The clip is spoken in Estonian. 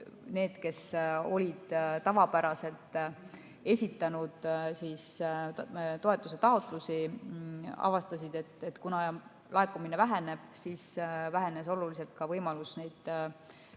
need, kes olid tavapäraselt esitanud toetusetaotlusi, avastasid, et kuna laekumine vähenes, siis vähenes oluliselt ka võimalus neid